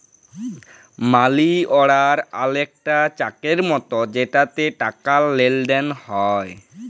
মালি order অলেকটা চ্যাকের মতো যেটতে টাকার লেলদেল হ্যয়